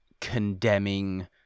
condemning